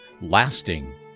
Lasting